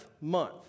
month